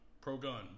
pro-gun